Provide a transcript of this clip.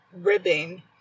ribbing